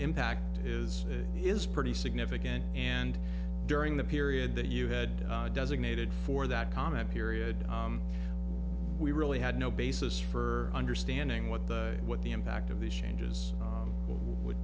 impact is is pretty significant and during the period that you had designated for that comment period we really had no basis for understanding what the what the impact of these changes would would